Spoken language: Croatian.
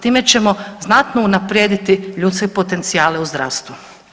Time ćemo znatno unaprijediti ljudske potencijale u zdravstvu.